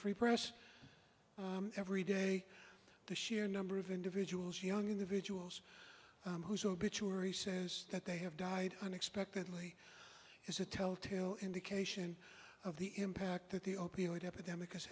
free press every day the sheer number of individuals young individuals whose obituary says that they have died unexpectedly is a telltale indication of the impact that the opioid epidemic